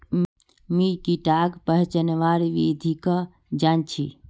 मी कीडाक पहचानवार विधिक जन छी